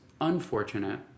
unfortunate